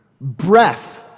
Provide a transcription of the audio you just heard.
breath